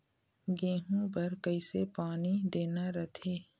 गेहूं बर कइसे पानी देना रथे?